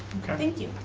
thank you.